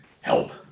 help